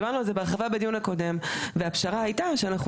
דיברנו על זה בהרחבה בדיון הקודם והפשרה הייתה שאנחנו